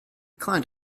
client